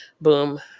Boom